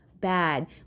bad